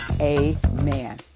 Amen